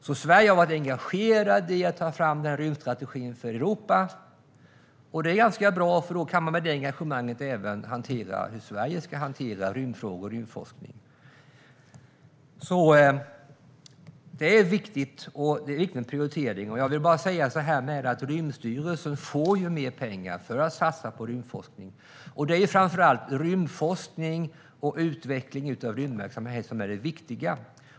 Sverige har varit engagerat i att ta fram rymdstrategin för Europa, och det är ganska bra, för med det engagemanget kan man även hantera rymdfrågor och rymdforskning i Sverige. Det är en viktig prioritering. Jag vill också säga att Rymdstyrelsen får mer pengar för att satsa på rymdforskning. Det är framför allt rymdforskning och utveckling av rymdverksamhet som är det viktiga.